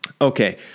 Okay